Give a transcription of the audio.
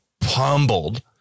pummeled